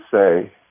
say